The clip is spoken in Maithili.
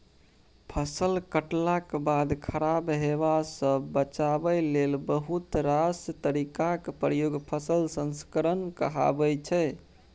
फसल कटलाक बाद खराब हेबासँ बचाबै लेल बहुत रास तरीकाक प्रयोग फसल संस्करण कहाबै छै